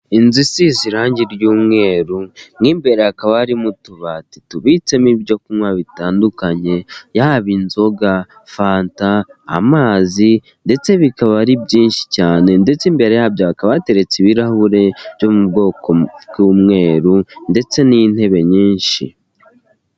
Inzu isize irange ry'umweru mu imbere hakaba harimo utubati tubitsemo ibyo kunywa bitandukanye, yaba inzoga, fanta, amazi ndetse bikaba ari byinshi cyane, ndetse imbere yabyo hakaba hateretse ibirahure byo mu bwoko bw'umweru ndetse n'intebe nyinshi.